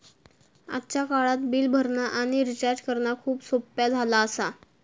आजच्या काळात बिल भरणा आणि रिचार्ज करणा खूप सोप्प्या झाला आसा